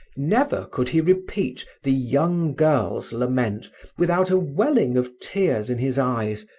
never could he repeat the young girl's lament without a welling of tears in his eyes,